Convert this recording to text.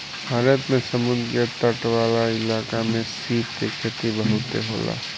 भारत में समुंद्र के तट वाला इलाका में सीप के खेती बहुते होला